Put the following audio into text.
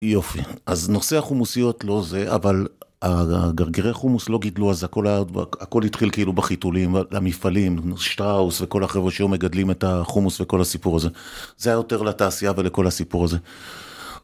יופי, אז נושא החומוסיות לא זה, אבל גרגירי חומוס לא גידלו אז הכל התחיל כאילו בחיתולים, המפעלים, שטראוס וכל החברות שם מגדלים את החומוס וכל הסיפור הזה, זה היותר לתעשייה ולכל הסיפור הזה.